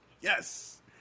Yes